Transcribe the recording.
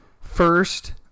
first